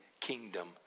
kingdom